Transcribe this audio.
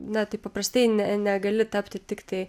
na taip paprastai ne negali tapti tiktai